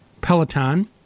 Peloton